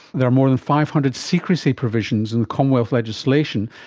there are more than five hundred secrecy provisions in the commonwealth legislation,